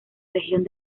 región